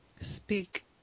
Speak